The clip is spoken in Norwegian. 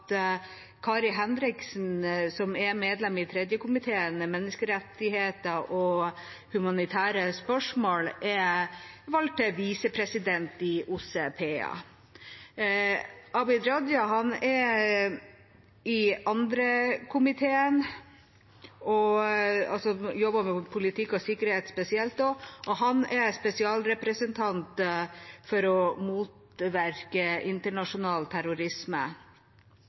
Kari Henriksen, som er medlem i tredje komité, for demokrati, menneskerettigheter og humanitære spørsmål, er valgt til visepresident i OSSE PA. Abid Q. Raja er i første komité og jobber med politikk og sikkerhet spesielt, og han er spesialrepresentant for å motvirke internasjonal terrorisme.